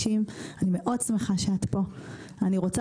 אני רוצה להודות לך שאת פורצת דרך בהקשר הזה.